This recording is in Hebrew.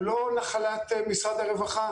הוא לא נחלת משרד הרווחה.